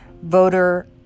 Voter